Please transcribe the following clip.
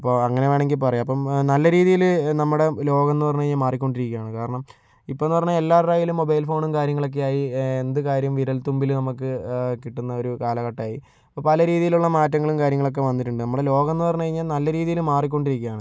അപ്പോൾ അങ്ങനെ വേണമെങ്കിൽ പറയാം അപ്പോൾ നല്ല രീതിയില് നമ്മുടെ ലോകമെന്ന് പറഞ്ഞു കഴിഞ്ഞാൽ മാറിക്കൊണ്ടിരിക്കുകയാണ് കാരണം ഇപ്പോഴെന്ന് പറഞ്ഞാൽ എല്ലാവരുടെ കൈയിലും മൊബൈൽ ഫോണും കാര്യങ്ങളൊക്കെയായി എന്ത് കാര്യവും വിരൽത്തുമ്പിൽ നമ്മൾക്ക് കിട്ടുന്ന ഒരു കാലഘട്ടായി ഇപ്പോൾ പല രീതിയിലുള്ള മാറ്റങ്ങളും കാര്യങ്ങളൊക്കെ വന്നിട്ടുണ്ട് നമ്മളെ ലോകമെന്ന് പറഞ്ഞു കഴിഞ്ഞാൽ നല്ല രീതിയിൽ മാറിക്കൊണ്ടിരിക്കുകയാണ്